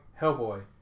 Hellboy